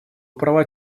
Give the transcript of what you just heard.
права